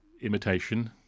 imitation